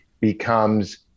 becomes